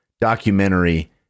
documentary